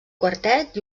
quartet